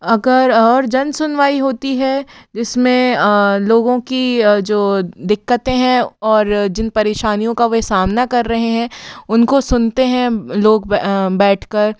अगर और जन सुनवाई होती है जिसमें लोगों की जो दिक्कतें हैं और जिन परेशानियों का वह सामना कर रहे हैं उनको सुनते हैं लोग बैठकर